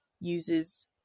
uses